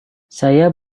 saya